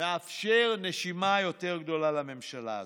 לאפשר נשימה יותר גדולה לממשלה הזאת.